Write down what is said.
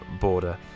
border